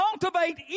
cultivate